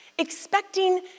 expecting